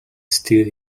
still